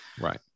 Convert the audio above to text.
Right